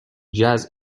jazz